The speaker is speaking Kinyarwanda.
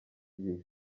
gihe